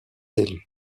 élu